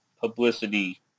publicity